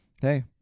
hey